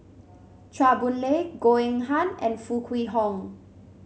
Chua Boon Lay Goh Eng Han and Foo Kwee Horng